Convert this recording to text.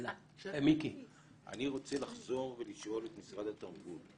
אני רוצה לחזור ולשאול את משרד התרבות,